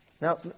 Now